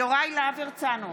יוראי להב הרצנו,